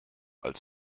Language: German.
als